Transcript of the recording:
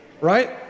right